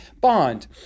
bond